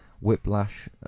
Whiplash